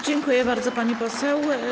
Dziękuję bardzo, pani poseł.